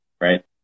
right